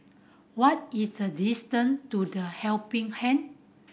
what is the distant to The Helping Hand